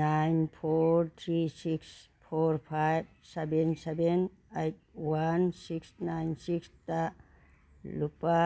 nine four three six four five seven seven eight one six nine ꯁꯤꯛꯁꯇ ꯂꯨꯄꯥ